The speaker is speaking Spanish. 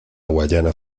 guayana